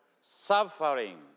Suffering